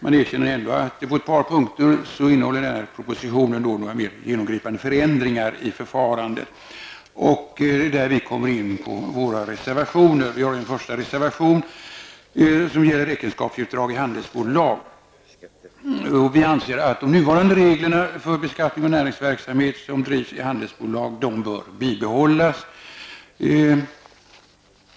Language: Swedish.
Man erkänner ändå att propositionen på ett par punkter innehåller några mer genomgripande förändringar i förfarandet. Jag kommer där in på våra reservationer. Reservation nr 1 handlar om räkenskapsutdrag i handelsbolag. Vi anser att de nuvarande reglerna för beskattning av näringsverksamhet som bedrivs i handelsbolag bör bibehållas.